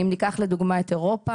אם ניקח לדוגמא את אירופה,